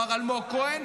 מר אלמוג כהן,